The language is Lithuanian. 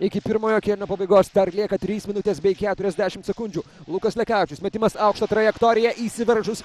iki pirmojo kėlinio pabaigos dar lieka trys minutės bei keturiasdešimt sekundžių lukas lekavičius metimas aukšta trajektorija įsiveržus